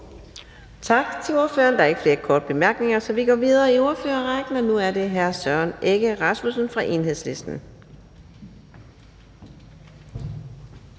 Tak til ordføreren. Der er ikke flere korte bemærkninger, så vi går videre i ordførerrækken, og nu er det hr. Søren Egge Rasmussen fra Enhedslisten.